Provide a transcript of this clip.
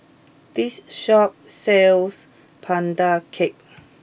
this shop sells pandan cake